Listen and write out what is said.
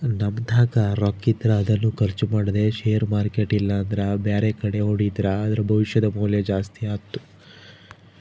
ನಮ್ಮತಾಕ ರೊಕ್ಕಿದ್ರ ಅದನ್ನು ಖರ್ಚು ಮಾಡದೆ ಷೇರು ಮಾರ್ಕೆಟ್ ಇಲ್ಲಂದ್ರ ಬ್ಯಾರೆಕಡೆ ಹೂಡಿದ್ರ ಅದರ ಭವಿಷ್ಯದ ಮೌಲ್ಯ ಜಾಸ್ತಿ ಆತ್ತು